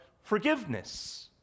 forgiveness